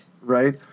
Right